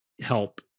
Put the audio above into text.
help